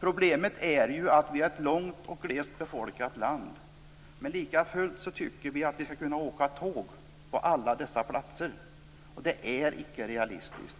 Problemet är också att Sverige är ett långt och glest befolkat land. Likafullt tycker vi att vi skall kunna åka tåg till alla platser. Det är icke realistiskt.